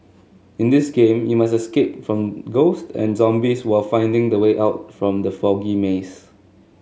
in this game you must escape from ghosts and zombies while finding the way out from the foggy maze